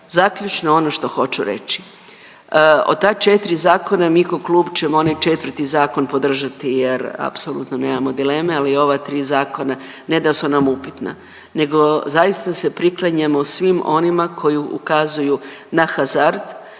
zaključno ono što hoću reći. Od ta četiri zakona mi kao klub ćemo onaj četvrti zakon podržati, jer apsolutno nemamo dileme ali ova tri zakona ne da su nam upitna, nego zaista se priklanjamo svim onima koji ukazuju na hazard,